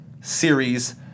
series